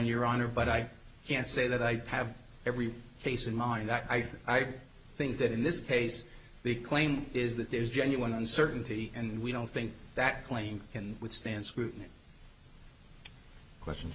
honor but i can't say that i have every case in mind that i i think that in this case the claim is that there is genuine uncertainty and we don't think that claim can withstand scrutiny question